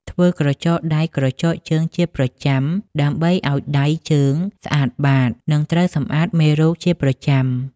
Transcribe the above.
ធ្វើក្រចកដៃក្រចកជើង ជាប្រចាំ ដើម្បីឱ្យដៃជើងស្អាតបាត និងត្រូវសម្អាតមេរោគជាប្រចាំ ។